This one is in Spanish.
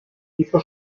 hizo